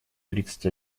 тридцать